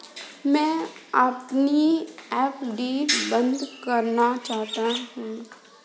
मैं अपनी एफ.डी बंद करना चाहता हूँ